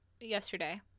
yesterday